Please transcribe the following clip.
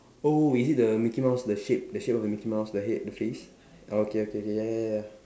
oh is it the mickey mouse the shape the shape of the mickey mouse the head the face oh okay okay K ya ya ya ya